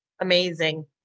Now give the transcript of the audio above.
Amazing